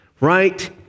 Right